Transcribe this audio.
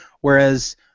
whereas